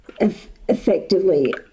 effectively